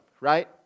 right